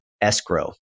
escrow